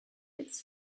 its